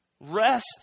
rest